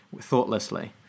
thoughtlessly